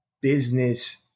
business